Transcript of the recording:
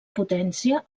potència